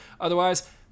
Otherwise